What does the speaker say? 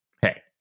hey